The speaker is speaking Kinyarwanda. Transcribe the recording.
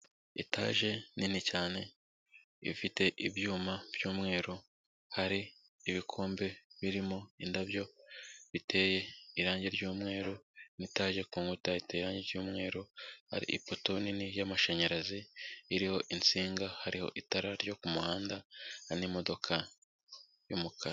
Etaje nini cyane, ifite ibyuma by'umweru, hari ibikombe birimo indabyo biteye irangi ry'umweru, n'etage ku nkuta iteranye iry'umweru, hari ipoto nini y'amashanyarazi iriho insinga hariho itara ryo kumuhanda, hari n'imodoka y'umukara.